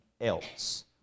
else